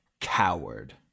coward